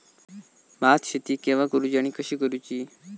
भात शेती केवा करूची आणि कशी करुची?